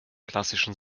klassischen